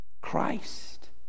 Christ